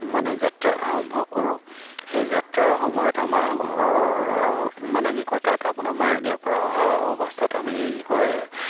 মানে যাত্ৰা আৰম্ভ কৰোঁ সেই যাত্ৰাৰ সময়ত আমাৰ ঘৰৰ মানে কি কয় তাত আপোনাৰ মায়'দিয়াৰ পৰা অহা অৱস্থাত আমি কি কয়